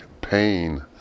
pain